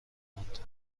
ماند